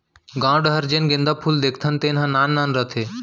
गॉंव डहर जेन गोंदा फूल देखथन तेन ह नान नान रथे